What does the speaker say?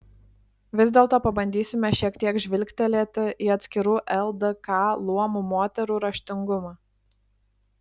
vis dėlto pabandysime šiek tiek žvilgtelėti į atskirų ldk luomų moterų raštingumą